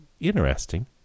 interesting